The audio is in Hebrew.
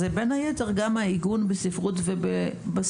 היא בין היתר גם העיגון בספרות ובהיסטוריה.